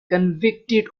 convicted